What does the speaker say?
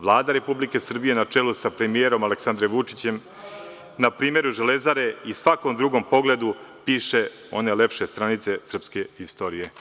Vlada Republike Srbije, na čelu sa premijerom Aleksandrom Vučićem, na primeru „Železare“ i u svakom drugom pogledu piše one lepše stranice srpske istorije.